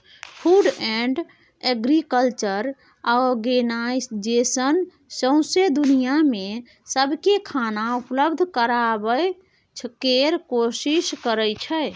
food and agriculture organization सौंसै दुनियाँ मे सबकेँ खाना उपलब्ध कराबय केर कोशिश करइ छै